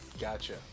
Gotcha